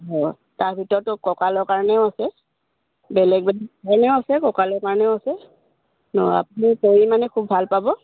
অঁ তাৰ ভিতৰতো কঁকালৰ কাৰণেও আছে বেলেগ বেলেগ কাৰণেও আছে কঁকালৰ কাৰণেও আছে অঁ আপুনি কৰি মানে খুব ভাল পাব